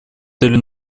целью